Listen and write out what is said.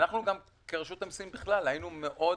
אנחנו כרשות המיסים, היינו מאוד